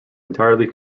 entirely